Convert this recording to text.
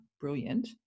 brilliant